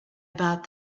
about